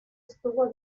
estuvo